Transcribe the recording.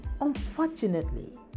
Unfortunately